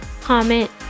comment